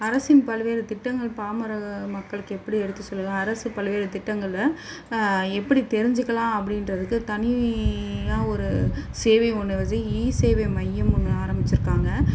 அரசின் பல்வேறு திட்டங்கள் பாமர மக்களுக்கு எப்படி எடுத்து செல்லலாம் அரசு பல்வேறு திட்டங்களை எப்படி தெரிஞ்சுக்கலாம் அப்படின்றதுக்கு தனியாக ஒரு சேவை ஒன்று வந்து இ சேவை மையம்னு ஒன்று ஆரம்பிச்சுருக்காங்க